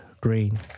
green